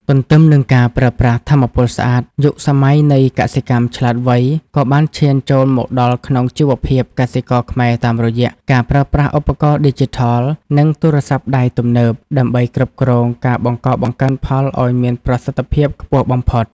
ទន្ទឹមនឹងការប្រើប្រាស់ថាមពលស្អាត យុគសម័យនៃកសិកម្មឆ្លាតវៃ ក៏បានឈានចូលមកដល់ក្នុងជីវភាពកសិករខ្មែរតាមរយៈការប្រើប្រាស់ឧបករណ៍ឌីជីថល និងទូរស័ព្ទដៃទំនើប ដើម្បីគ្រប់គ្រងការបង្កបង្កើនផលឱ្យមានប្រសិទ្ធភាពខ្ពស់បំផុត។